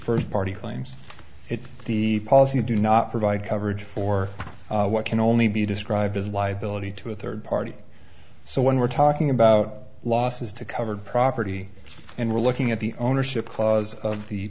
first party claims the policy do not provide coverage for what can only be described as liability to a third party so when we're talking about losses to covered property and we're looking at the ownership clause of the